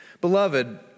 Beloved